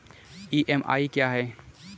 EMI क्या है?